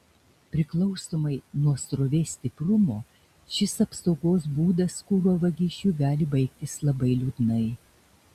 priklausomai nuo srovės stiprumo šis apsaugos būdas kuro vagišiui gali baigtis labai liūdnai